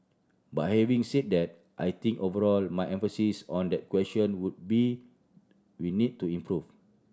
but having said that I think overall my emphasis on that question would be we need to improve